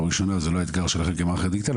הראשונה זה לא אתגר שלכם כמערך הדיגיטלי,